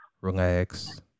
relax